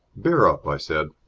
bear up! i said.